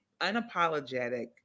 unapologetic